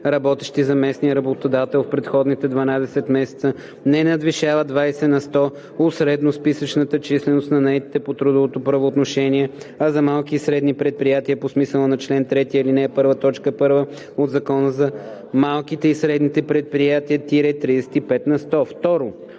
работещи за местния работодател, в предходните 12 месеца не надвишава 20 на сто от средносписъчната численост на наетите по трудово правоотношение, а за малки и средни предприятия по смисъла на чл. 3, ал. 1, т. 1 от Закона за малките и средните предприятия – 35 на сто;